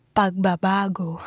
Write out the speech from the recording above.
pagbabago